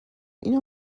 اینو